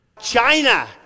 China